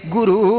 Guru